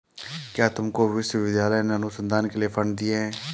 क्या तुमको विश्वविद्यालय ने अनुसंधान के लिए फंड दिए हैं?